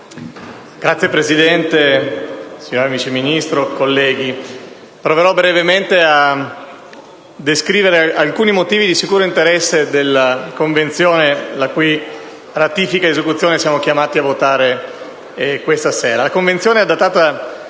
Signor Presidente, signora Vice Ministro, colleghi, proverò brevemente a descrivere alcuni motivi di sicuro interesse della Convenzione, la cui ratifica ed esecuzione siamo chiamati ad autorizzare questa sera.